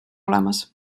olemas